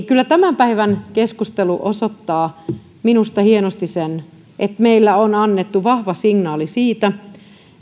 kyllä tämän päivän keskustelu osoittaa minusta hienosti sen että meillä on annettu vahva signaali siitä